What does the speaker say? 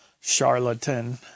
charlatan